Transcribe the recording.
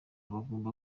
bagomba